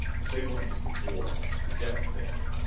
the big one is de boer, the depth bandit.